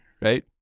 right